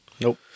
Nope